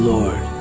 Lord